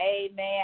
Amen